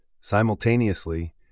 Simultaneously